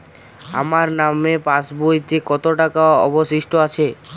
আমার নামের পাসবইতে কত টাকা অবশিষ্ট আছে?